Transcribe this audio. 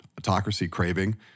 autocracy-craving